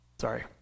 Sorry